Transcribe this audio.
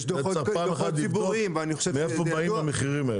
יצא לך פעם אחת לבדוק מאיפה באים המחירים האלה,